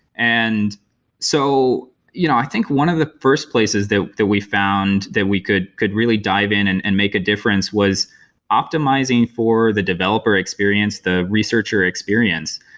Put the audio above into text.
and so you know i think one of the first places the the we've found that we could could really dive in and and make a difference was optimizing optimizing for the developer, experience the researcher experience,